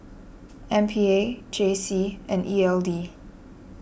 M P A J C and E L D